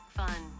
fun